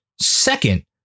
second